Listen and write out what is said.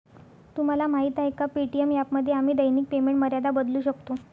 तुम्हाला माहीत आहे का पे.टी.एम ॲपमध्ये आम्ही दैनिक पेमेंट मर्यादा बदलू शकतो?